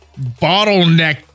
bottleneck